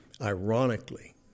Ironically